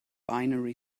binary